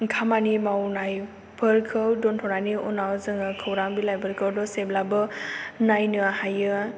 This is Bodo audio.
खामानि मावनायफोरखौ दोन्थ'नानै उनाव जोङो खौरां बिलायखौ दसेबाबो नायनो हायो